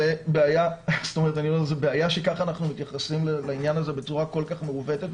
זאת בעיה שאנחנו מתייחסים לעניין הזה בצורה כל כך מעוותת.